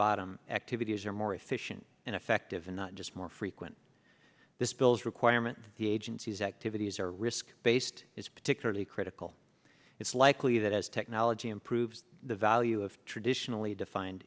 bottom activities are more efficient and effective and not just more frequent this builds requirement the agency's activities are risk based is particularly critical it's likely that as technology improves the value of traditionally defined